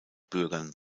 bürgern